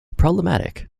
problematic